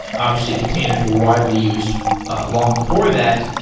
obviously, containers were widely used long before that.